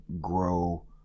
grow